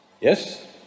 yes